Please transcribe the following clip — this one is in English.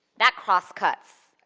that cross cuts,